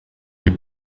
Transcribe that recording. les